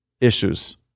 issues